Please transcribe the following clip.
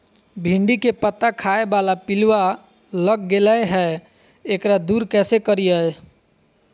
भिंडी के पत्ता खाए बाला पिलुवा लग गेलै हैं, एकरा दूर कैसे करियय?